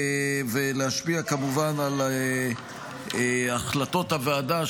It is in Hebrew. ולהשפיע כמובן על החלטות הוועדה,